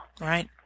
Right